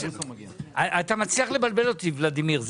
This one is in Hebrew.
אתה מצליח לבלבל אותי, ולדימיר.